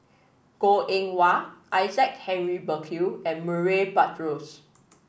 Goh Eng Wah Isaac Henry Burkill and Murray Buttrose